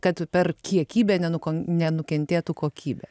kad per kiekybę nenukon nenukentėtų kokybė